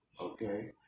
okay